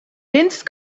dense